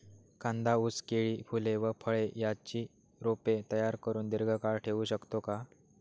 कांदा, ऊस, केळी, फूले व फळे यांची रोपे तयार करुन दिर्घकाळ ठेवू शकतो का?